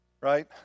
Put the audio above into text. right